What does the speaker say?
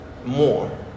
more